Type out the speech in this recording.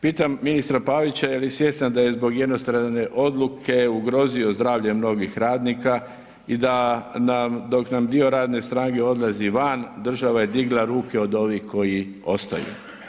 Pitam ministra Pavića je li svjestan da je zbog jednostrane odluke ugrozio zdravlje mnogih radnika i da nam dok nam dio radne snage odlazi van, država je digla ruke od ovih koji ostaju.